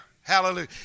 Hallelujah